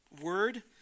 word